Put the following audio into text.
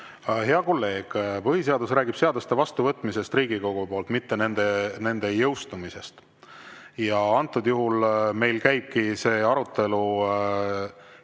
Hea kolleeg! Põhiseadus räägib seaduste vastuvõtmisest Riigikogus, mitte nende jõustumisest. Antud juhul meil käibki arutelu